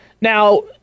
now